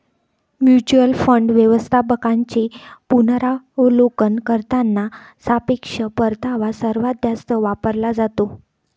mutual fund व्यवस्थापकांचे पुनरावलोकन करताना सापेक्ष परतावा सर्वात जास्त वापरला जातो